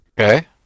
Okay